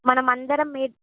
మనమందరం